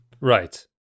right